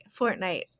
Fortnite